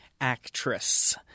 Actress